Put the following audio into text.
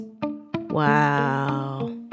wow